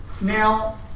Now